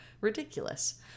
Ridiculous